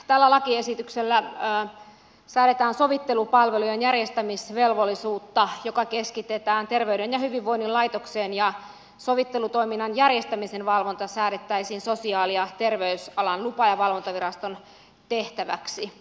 tällä lakiesityksellä säädetään sovittelupalvelujen järjestämisvelvollisuudesta joka keskitetään terveyden ja hyvinvoinnin laitokseen ja sovittelutoiminnan järjestämisen valvonta säädettäisiin sosiaali ja terveysalan lupa ja valvontaviraston tehtäväksi